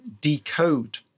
decode